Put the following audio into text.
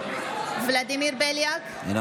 בליאק, אינו